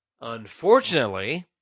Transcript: Unfortunately